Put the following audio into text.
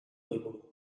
goiburu